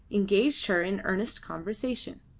engaged her in earnest conversation.